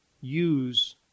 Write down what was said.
use